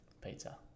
pizza